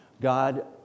God